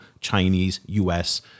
Chinese-U.S